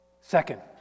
Second